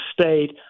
state